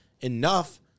enough